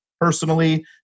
personally